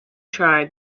tried